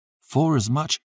forasmuch